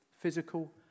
physical